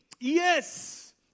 Yes